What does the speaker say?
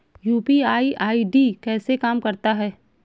UPI ID कैसे काम करता है?